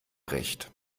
recht